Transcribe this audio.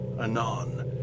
anon